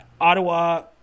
Ottawa